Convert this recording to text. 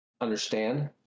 understand